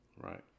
Right